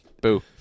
Boo